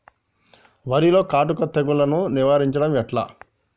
వరిలో కాటుక తెగుళ్లను నివారించడం ఎట్లా?